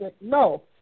No